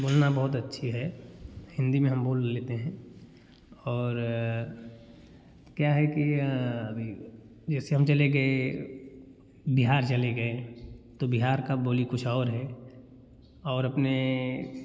बोलना बहुत अच्छी है हिंदी में हम बोल लेते हैं और क्या है कि अभी जैसे हम चले गए बिहार चले गए तो बिहार का बोली कुछ और है और अपने